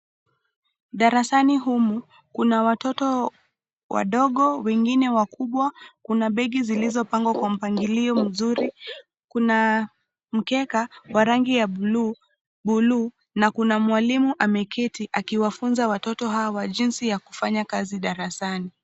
Darasani humu kuna watoto wadogo, wengine wakubwa. Kuna begi zilizopangwa kwa mpangilio mzuri. Kuna mkeka wa rangi ya buluu, na kuna mwalimu ameketi akiwafunza watoto hawa jinsi ya kufanya kazi darasani.